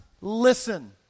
listen